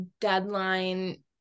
deadline